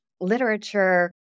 literature